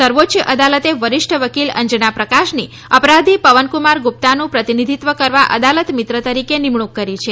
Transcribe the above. સર્વોચ્ય અદાલતે વરિષ્ઠ વકીલ અંજના પ્રકાશની અરરાધી પવનકુમાર ગુપ્તાનું પ્રતિનિધિત્વ કરવા અદાલતમિત્ર તરીકે નિમણુક કરી છે